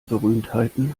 berühmtheiten